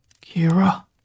Kira